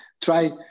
try